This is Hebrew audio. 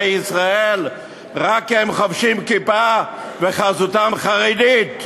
ישראל רק כי הם חובשים כיפה וחזותם חרדית,